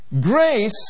grace